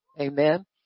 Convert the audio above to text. Amen